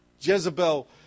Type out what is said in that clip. Jezebel